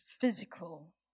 physical